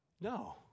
No